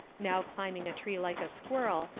now climbing a tree like a squirrel,